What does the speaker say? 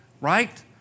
right